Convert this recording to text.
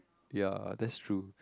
ya that's true